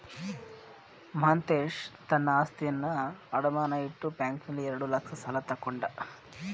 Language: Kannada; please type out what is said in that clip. ಮಾಂತೇಶ ತನ್ನ ಆಸ್ತಿಯನ್ನು ಅಡಮಾನ ಇಟ್ಟು ಬ್ಯಾಂಕ್ನಲ್ಲಿ ಎರಡು ಲಕ್ಷ ಸಾಲ ತಕ್ಕೊಂಡ